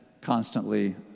constantly